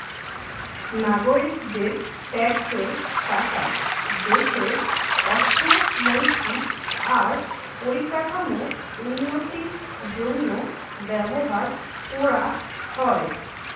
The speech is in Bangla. নাগরিকদের ট্যাক্সের টাকা দেশের অর্থনৈতিক আর পরিকাঠামোর উন্নতির জন্য ব্যবহার কোরা হয়